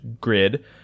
grid